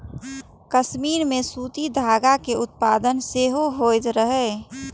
कश्मीर मे सूती धागा के उत्पादन सेहो होइत रहै